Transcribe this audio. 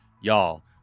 y'all